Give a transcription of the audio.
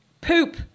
poop